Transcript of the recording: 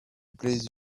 please